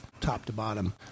top-to-bottom